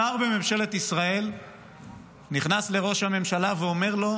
שר בממשלת ישראל נכנס אל ראש הממשלה ואומר לו: